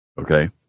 Okay